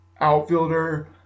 outfielder